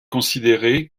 considéré